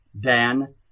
Dan